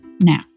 now